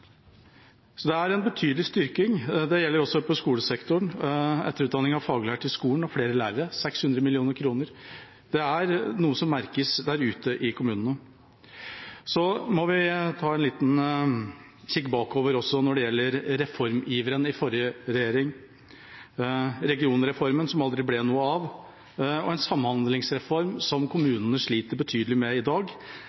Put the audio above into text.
Så det er en betydelig styrking. Dette gjelder også på skolesektoren med etterutdanning av faglærte i skolen og flere lærere: 600 mill. kr er noe som merkes ute i kommunene. Så må vi ta en liten kikk bakover når det gjelder reformiveren i forrige regjering: regionreformen, som aldri ble noe av, og en samhandlingsreform som kommunene sliter betydelig med i dag.